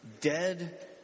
dead